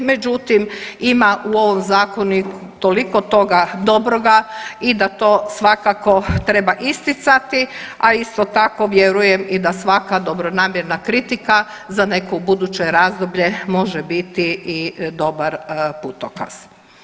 Međutim, ima u ovom zakonu toliko toga dobroga i da to svakako treba isticati a isto tako vjerujem i da svaka dobronamjerna kritika za neko buduće razdoblje može biti i dobar putokaz.